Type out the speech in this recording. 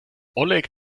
oleg